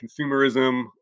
consumerism